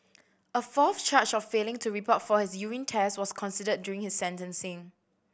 a fourth charge of failing to report for his urine test was considered during his sentencing